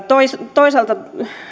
toisaalta